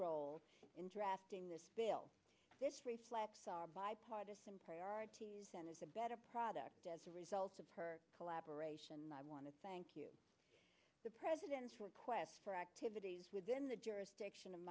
role in drafting this bill this reflects our bipartisan priorities and is a better product as a result of her collaboration and i want to thank you the president's request for activities within the jurisdiction of